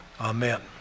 amen